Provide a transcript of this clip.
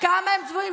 כמה הם צבועים.